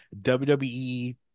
WWE